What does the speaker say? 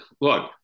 look